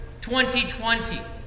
2020